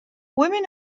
women